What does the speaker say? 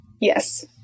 yes